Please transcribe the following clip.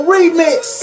Remix